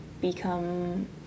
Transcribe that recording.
become